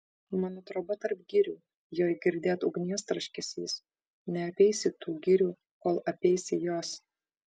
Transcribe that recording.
mano troba tarp girių joj girdėt ugnies traškesys neapeisi tų girių kol apeisi jos